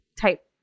type